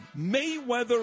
Mayweather